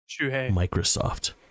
Microsoft